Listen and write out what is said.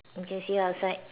okay see you outside